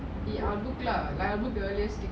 I will book lah I will book the earliest